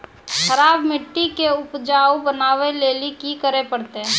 खराब मिट्टी के उपजाऊ बनावे लेली की करे परतै?